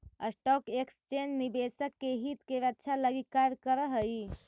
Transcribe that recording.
stock exchange निवेशक के हित के रक्षा लगी कार्य करऽ हइ